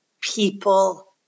people